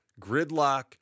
Gridlock